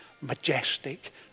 majestic